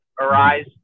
arise